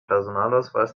personalausweis